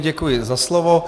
Děkuji za slovo.